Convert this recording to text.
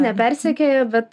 nepersekioja bet